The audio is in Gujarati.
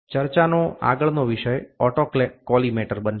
ચર્ચાનો આગળનો વિષય ઓટોકોલીમેટર બનશે